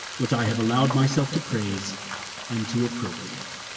which i have allowed myself to praise and to appropriate.